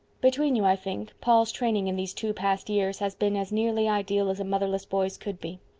between you, i think paul's training in these two past years has been as nearly ideal as a motherless boy's could be.